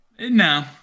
no